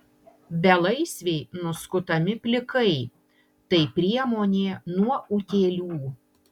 belaisviai nuskutami plikai tai priemonė nuo utėlių